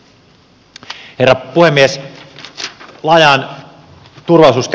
herra puhemies